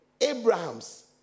Abraham's